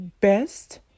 best